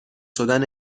شدن